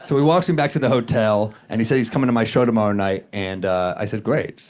so he walks me back to the hotel, and he said he's coming to my show tomorrow night, and i said, great, so,